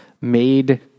made